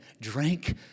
drank